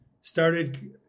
started